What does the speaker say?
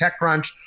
TechCrunch